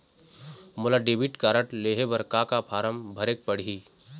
मोला debit card लेहे बर का का फार्म भरेक पड़ही?